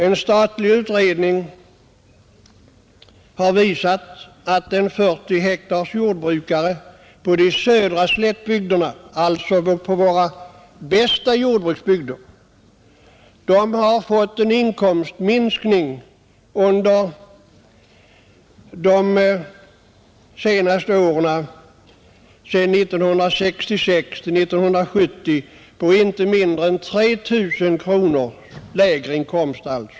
En statlig utredning har visat att en jordbrukare med en 40 hektars gård på de södra slättbygderna, alltså i våra bästa jordbruksbygder, har fått en inkomstminskning under åren 1966—1970 på inte mindre än 3 000 kronor.